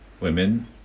Women